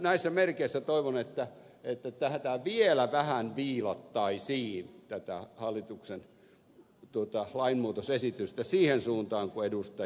näissä merkeissä toivon että tätä hallituksen lainmuutosesitystä vielä vähän viilattaisiin siihen suuntaan kuin ed